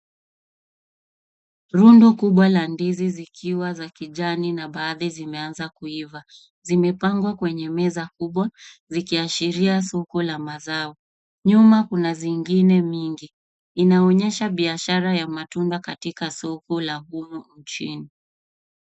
Rundo kubwa la ndizi zikiwa za kijani na baadhi zimeanza kuiva. Zimepangwa kwenye meza kubwa zikiashiria soko la mazao. Nyuma kuna zingine mingi, inaonyesha biashara ya matunda katika soko la humu nchini.